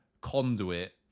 conduit